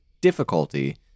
difficulty